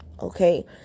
okay